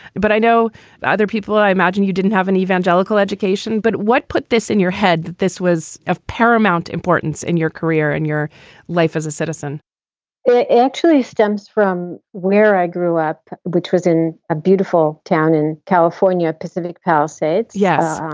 but i know that other people i imagine you didn't have an evangelical education, but what put this in your head? this was of paramount importance in your career and your life as a citizen it actually stems from where i grew up, which was in a beautiful town in california, pacific palisades. yes,